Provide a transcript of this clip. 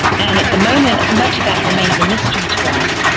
and at the moment much of that remains a mystery to us,